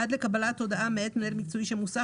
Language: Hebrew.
עד לקבלת הודעה מאת מנהל מקצועי של מוסך